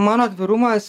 mano atvirumas